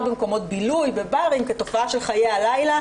במקומות בילוי וברים כתופעה של חיי הלילה.